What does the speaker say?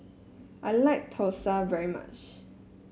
I like Thosai very much